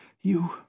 You